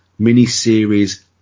miniseries